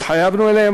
התחייבנו להן.